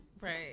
Right